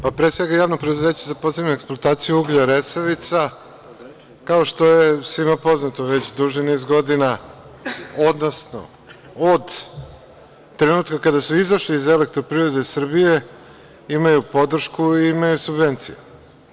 Pre sve, javno preduzeće za posebnu eksploataciju uglja „Resavica“, kao što je svima poznato, već duži niz godina, odnosno od trenutka kada su izašli iz „Elektroprivrede Srbije“ imaju podršku i imaju subvencije.